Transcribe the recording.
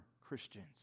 Christians